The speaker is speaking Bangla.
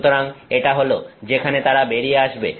সুতরাং এটা হল যেখানে তারা বেরিয়ে আসবে